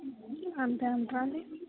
అంతే అంటారండి